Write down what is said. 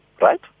Right